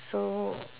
so